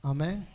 Amen